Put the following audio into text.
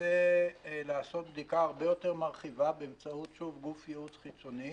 שנצא לעשות בדיקה הרבה יותר מרחיבה באמצעות גוף ייעוץ חיצוני,